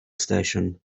station